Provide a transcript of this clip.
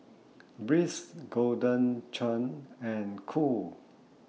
Breeze Golden Churn and Qoo